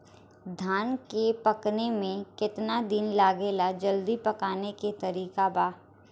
धान के पकने में केतना दिन लागेला जल्दी पकाने के तरीका बा?